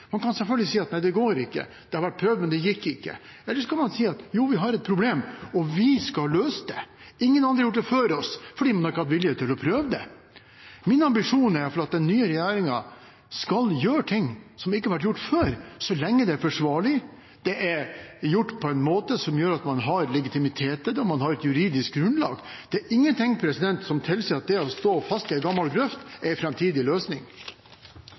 Man kan selvfølgelig si at nei, det går ikke – det har vært prøvd, men det gikk ikke. Eller så kan man si at jo, vi har et problem, men vi skal løse det. Ingen andre har gjort det før oss, fordi man ikke har hatt vilje til å prøve det. Min ambisjon er at den nye regjeringen skal gjøre ting som ikke har vært gjort før, så lenge det er forsvarlig og det er gjort på en måte som gjør at man har legitimitet, man har et juridisk grunnlag. Det er ingen ting som tilsier at det å stå fast i en gammel grøft, er en framtidig løsning.